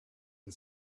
and